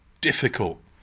difficult